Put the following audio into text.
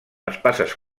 espases